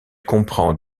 comprend